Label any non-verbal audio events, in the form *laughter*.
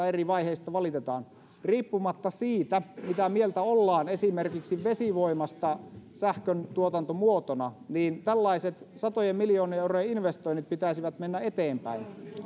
*unintelligible* eri vaiheista valitetaan riippumatta siitä mitä mieltä ollaan esimerkiksi vesivoimasta sähköntuotantomuotona tällaisien satojen miljoonien eurojen investointien pitäisi mennä eteenpäin